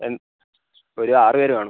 N ഒരു ആറ് പേര് കാണും